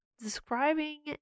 describing